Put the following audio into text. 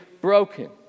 broken